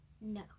No